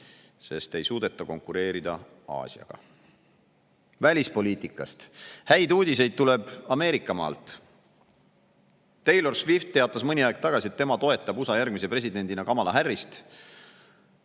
sest ei suudeta konkureerida Aasiaga. Välispoliitikast. Häid uudiseid tuleb Ameerikamaalt. Taylor Swift teatas mõni aeg tagasi, et tema toetab USA järgmise presidendina Kamala Harrist,